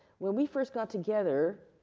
when we first got together,